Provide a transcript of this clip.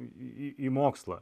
į į mokslą